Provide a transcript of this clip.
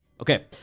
Okay